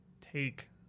take